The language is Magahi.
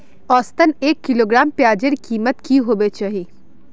औसतन एक किलोग्राम प्याजेर कीमत की होबे चही?